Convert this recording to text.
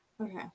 Okay